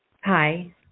Hi